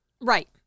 Right